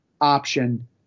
option